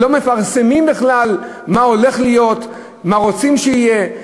לא מפרסמים בכלל מה הולך להיות, מה רוצים שיהיה.